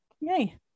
Yay